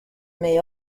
may